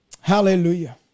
Hallelujah